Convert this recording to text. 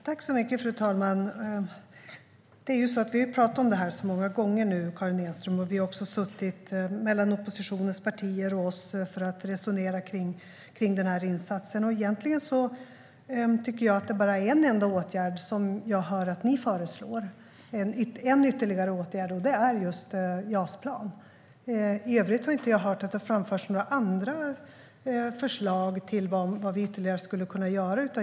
Fru talman! Vi har talat om detta så många gånger, Karin Enström. Vi har också resonerat med oppositionens partier om denna insats. Egentligen tycker jag att ni föreslår bara en enda ytterligare åtgärd, och det är just JAS-plan. I övrigt har jag inte hört att det har framförts några andra förslag till vad vi ytterligare skulle kunna göra.